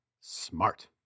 smart